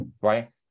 right